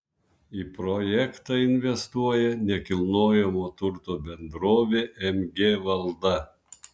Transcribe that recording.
į projektą investuoja nekilnojamojo turto bendrovė mg valda